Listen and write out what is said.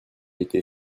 été